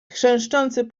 chrzęszczący